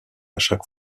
chaque